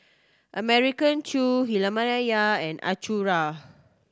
American Chew and